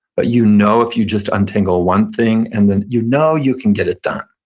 but you know if you just untangle one thing, and then you know you can get it done.